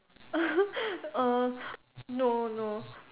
err no no